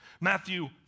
Matthew